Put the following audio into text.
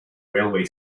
railway